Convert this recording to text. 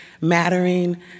mattering